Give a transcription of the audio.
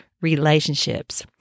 relationships